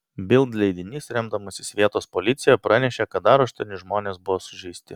bild leidinys remdamasis vietos policija pranešė kad dar aštuoni žmonės buvo sužeisti